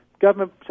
government